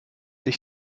ich